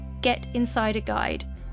getinsiderguide